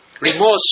remorse